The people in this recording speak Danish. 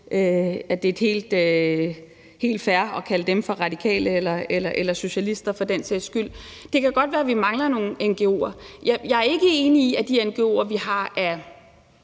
at det er helt fair at kalde dem for radikale eller socialister for den sags skyld. Det kan godt være, at vi mangler nogle ngo'er. Jeg er ikke enig i, at de ngo'er, vi har, er